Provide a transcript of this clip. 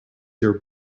your